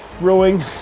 rowing